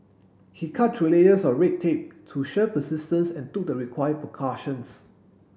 he cut through layers of red tape through sheer persistence and took the required precautions